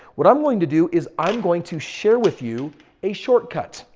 what i'm going to do is i'm going to share with you a shortcut.